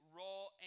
role